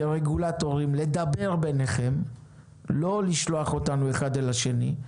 לדבר ביניכם ולא לשלוח אותנו אחד אל השני.